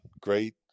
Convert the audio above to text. great